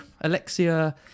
Alexia